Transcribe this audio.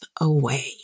Away